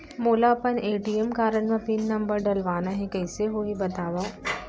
मोला अपन ATM card म पिन नंबर डलवाना हे कइसे होही बतावव?